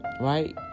right